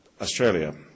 Australia